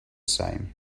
same